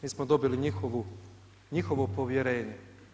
Mi smo dobili njihovo povjerenje.